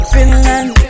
Finland